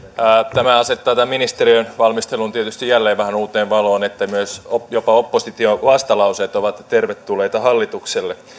tämä asettaa tämän ministeriön valmistelun tietysti jälleen vähän uuteen valoon myös jopa opposition vastalauseet ovat tervetulleita hallitukselle